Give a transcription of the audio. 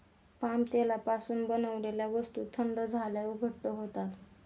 palm तेलापासून बनवलेल्या वस्तू थंड झाल्यावर घट्ट होतात